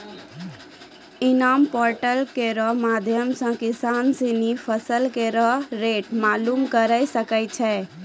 इनाम पोर्टल केरो माध्यम सें किसान सिनी फसल केरो रेट मालूम करे सकै छै